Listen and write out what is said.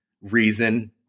reason